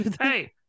Hey